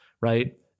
right